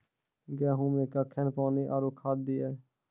गेहूँ मे कखेन पानी आरु खाद दिये?